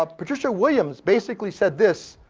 ah patricia williams basically said this,